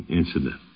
incident